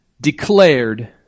declared